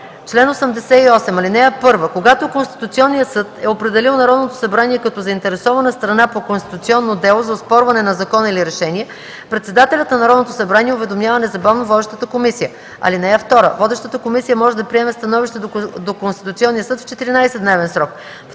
„Чл. 88. (1) Когато Конституционният съд е определил Народното събрание като заинтересована страна по конституционно дело за оспорване на закон или решение, председателят на Народното събрание уведомява незабавно водещата комисия. (2) Водещата комисия може да приеме становище до Конституционния съд в 14-дневен срок.